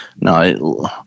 No